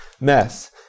mess